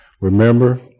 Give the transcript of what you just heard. Remember